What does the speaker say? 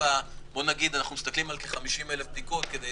ספק לגבי